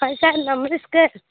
ହଁ ସାର୍ ନମସ୍କାର